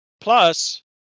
plus